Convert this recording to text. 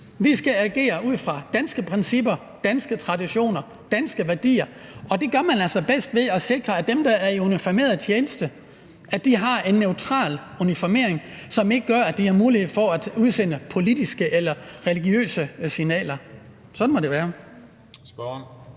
Vi skal agere ud fra danske principper, danske traditioner og danske værdier, og det gør man altså bedst ved at sikre, at dem, der er i uniformeret tjeneste, har en neutral uniformering, som ikke gør, at de har mulighed for at udsende politiske eller religiøse signaler. Sådan må det være.